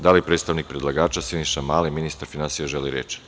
Da li predstavnik predlagača Siniša Mali, ministar finansija, želi reč?